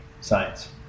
science